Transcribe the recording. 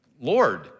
Lord